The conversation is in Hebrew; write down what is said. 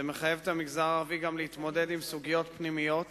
זה מחייב את המגזר הערבי גם להתמודד עם סוגיות פנימיות